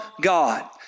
God